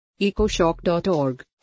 ecoshock.org